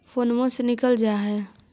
फोनवो से निकल जा है?